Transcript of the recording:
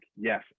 yes